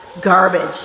garbage